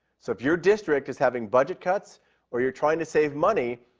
so if your district is having budget cuts or you're trying to save money,